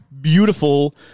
beautiful